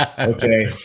Okay